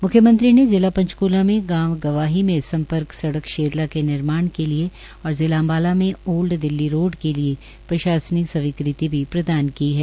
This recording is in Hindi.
म्ख्यमंत्री ने जिला पंचक्ला में गांव गवाही में सम्पर्क सडक़ शेरला के निर्माण के लिए और जिला अम्बाला में ओल्ड दिल्ली रोड के लिए प्रशासनिक स्वीकृति भी प्रदान की है